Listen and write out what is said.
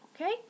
Okay